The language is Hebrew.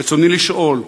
רצוני לשאול: